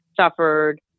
suffered